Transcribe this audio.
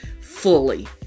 fully